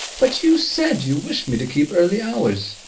but you said you wished me to keep early hours!